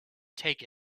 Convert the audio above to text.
take